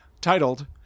titled